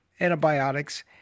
antibiotics